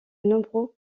nombreux